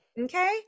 Okay